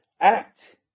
act